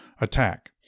attack